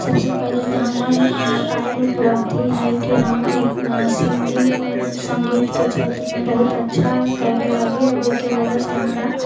सबसँ पहिले तऽ हमर पहिल उपलब्धि हइ कि हम एक सिङ्गिग सङ्गीतके क्षेत्रमे बहुत अच्छा कएले रहलिए ओहिके वजहसँ हमरा